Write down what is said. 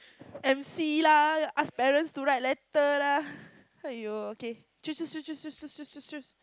M C lah ask parents to write letter lah !aiyo! okay choose choose choose choose choose choose